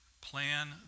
plan